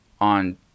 on